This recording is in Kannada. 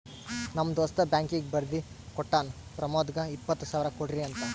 ನಮ್ ದೋಸ್ತ ಬ್ಯಾಂಕೀಗಿ ಬರ್ದಿ ಕೋಟ್ಟಾನ್ ಪ್ರಮೋದ್ಗ ಇಪ್ಪತ್ ಸಾವಿರ ಕೊಡ್ರಿ ಅಂತ್